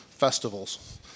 festivals